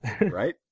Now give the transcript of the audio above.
Right